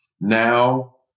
now